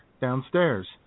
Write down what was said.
downstairs